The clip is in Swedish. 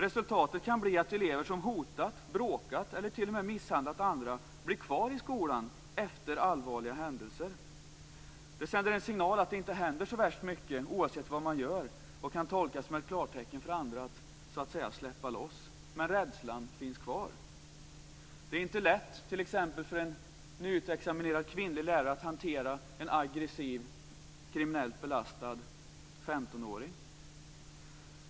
Resultatet kan bli att elever som hotat, bråkat med eller t.o.m. misshandlat andra blir kvar i skolan efter allvarliga händelser. Det sänder en signal att det inte händer så värst mycket oavsett vad man gör och kan tolkas som ett klartecken för andra att så att säga släppa loss. Men rädslan finns kvar. Det är t.ex. inte lätt för en nyutexaminerad kvinnlig lärare att hantera en aggressiv kriminellt belastad 15-åring.